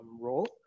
role